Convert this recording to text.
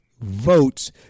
votes